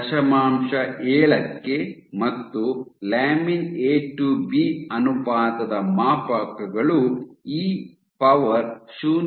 7 ಕ್ಕೆ ಮತ್ತು ಲ್ಯಾಮಿನ್ ಎ ಟು ಬಿ ಅನುಪಾತದ ಮಾಪಕಗಳು ಇ ಪವರ್ 0